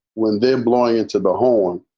when they're bloy into the hall,